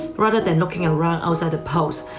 rather than looking around outside the post.